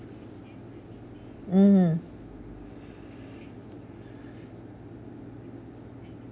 mmhmm